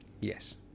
Yes